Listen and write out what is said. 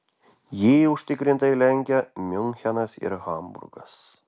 jį užtikrintai lenkia miunchenas ir hamburgas